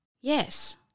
Yes